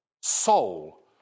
soul